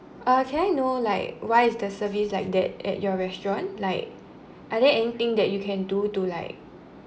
uh can I know like why is the service like that at your restaurant like are there anything that you can do to like